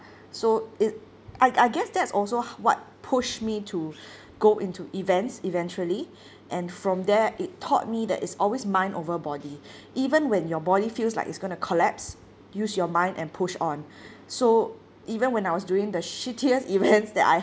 so it I I guess that's also h~ what pushed me to go into events eventually and from there it taught me that it's always mind over body even when your body feels like it's going to collapse use your mind and push on so even when I was doing the shittiest events that I